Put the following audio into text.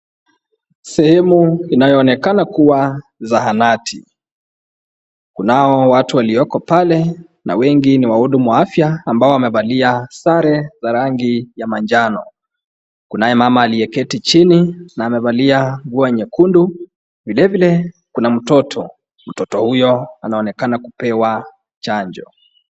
Sehemu inayoonekana kuwa zahanati kunao watu walioko pale na wengi ni wahudhumu wa afya ambao wamevalia sare za rangi ya manjano kunaye mama aliyeketi chini na amevalia nguo nyekundu vile vile kuna mtoto. Mtoto huyo anaonekana kupewa chanjo.